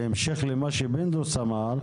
בהמשך למה שפינדרוס אמר.